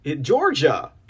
Georgia